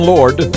Lord